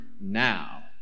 now